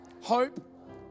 hope